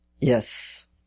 Yes